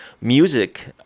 Music